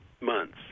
months